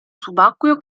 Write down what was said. subacqueo